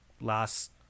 last